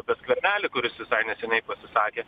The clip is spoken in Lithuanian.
apie skvernelį kuris visai neseniai pasisakė